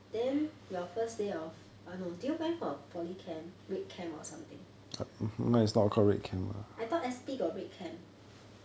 then your first day of err no did you went for poly camp red camp or something I thought S_P got red camp